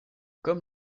comme